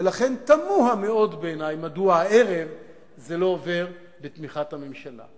ולכן תמוה מאוד בעיני מדוע הערב זה לא עובר בתמיכת הממשלה.